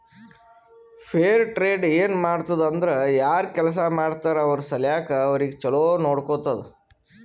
fair trade ಏನ್ ಮಾಡ್ತುದ್ ಅಂದುರ್ ಯಾರ್ ಕೆಲ್ಸಾ ಮಾಡ್ತಾರ ಅವ್ರ ಸಲ್ಯಾಕ್ ಅವ್ರಿಗ ಛಲೋ ನೊಡ್ಕೊತ್ತುದ್